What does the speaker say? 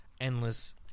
endless